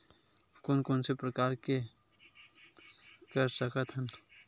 कोन कोन से प्रकार ले कर सकत हन?